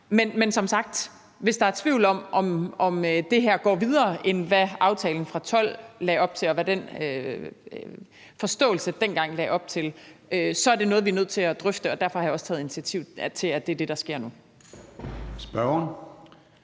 Men som sagt: Hvis der er tvivl om, om det her går videre, end hvad aftalen fra 2012 lagde op til, og hvad den forståelse dengang lagde op til, er det noget, vi er nødt til at drøfte, og derfor har jeg også taget initiativ til, at det er det, der sker nu. Kl.